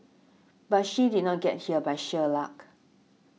but she did not get here by sheer luck